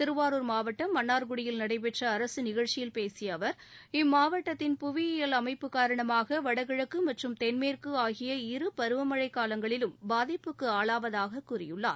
திருவாரூர் மாவட்டம் மன்னா்குடியில் நடைபெற்ற அரசு நிகழ்ச்சியில் பேசிய அவர் இம்மாவட்டத்தின் புவியியல் அமைப்பு காரணமாக வடகிழக்கு மற்றும் தென்மேற்கு ஆகிய இரு பருவமழைக் காலங்களிலும் பாதிப்புக்கு ஆளாவதாகக் கூறினார்